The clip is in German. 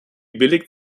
billig